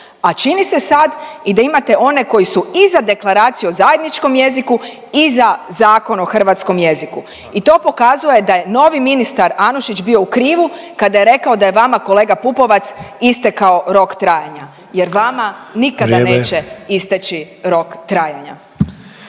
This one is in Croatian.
a čini se sad i da imate one koji su i za deklaraciju o zajedničkom jeziku i za Zakon o hrvatskom jeziku i to pokazuje da je novi ministar Anušić bio u krivu kada je rekao da je vama, kolega Pupovac, istekao rok trajanja jer vama nikada … .../Upadica: